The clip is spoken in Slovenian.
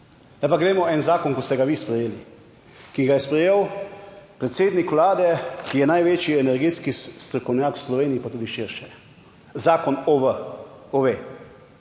Zdaj pa glejmo en zakon, ki ste ga vi sprejeli, ki ga je sprejel predsednik Vlade, ki je največji energetski strokovnjak v Sloveniji pa tudi širše. Zakon OVE.